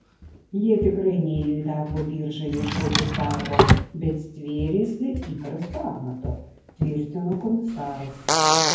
jie tikrai nėjo į darbo biržą ieškotis darbo bet stvėrėsi įprasto amato tvirtino komisaras